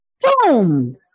Boom